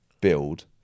build